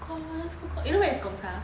commoner's food court you know where is Gong Cha